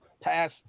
pass